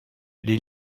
les